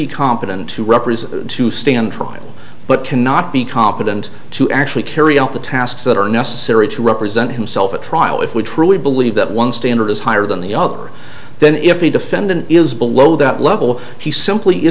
competent to represent to stand trial but cannot be competent to actually carry out the tasks that are necessary to represent himself at trial if we truly believe that one standard is higher than the other then if the defendant is below that level he simply